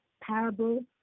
parable